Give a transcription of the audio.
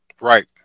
Right